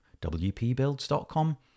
wpbuilds.com